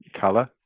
color